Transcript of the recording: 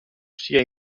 sia